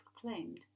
proclaimed